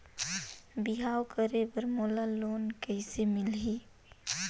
बिहाव करे बर मोला लोन कइसे मिलही?